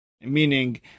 meaning